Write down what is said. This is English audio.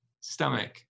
stomach